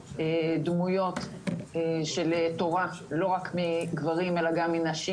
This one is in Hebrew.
כדמויות של תורה לא רק מגברים אלא גם מנשים,